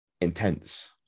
intense